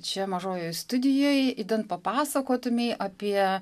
čia mažojoj studijoj idant papasakotumei apie